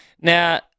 Now